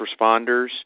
responders